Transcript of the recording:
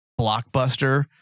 blockbuster